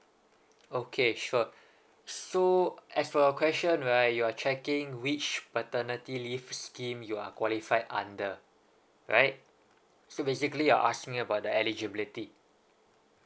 okay sure so as for your question right you're checking which paternity leave scheme you are qualified under right so basically you're asking about the eligibility